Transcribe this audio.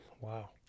Wow